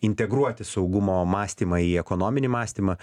integruoti saugumo mąstymą į ekonominį mąstymą